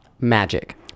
magic